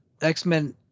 X-Men